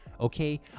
okay